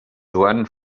joan